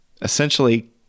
essentially